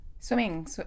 Swimming